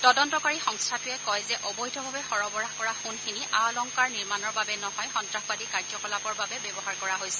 তদন্তকাৰী সংস্থাটোৱে কয় যে অবৈধভাৱে সৰবৰাহ কৰা সোণখিনি আ অলংকাৰ নিৰ্মাণৰ বাবে নহয় সন্তাসবাদী কাৰ্যকলাপৰ বাবে ব্যৱহাৰ কৰা হৈছিল